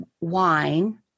wine